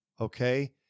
okay